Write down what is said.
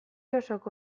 osoko